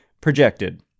projected